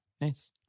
Nice